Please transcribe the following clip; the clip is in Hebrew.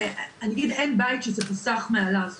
ואגיד שאין בית שזה פסח מעליו.